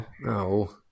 No